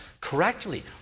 correctly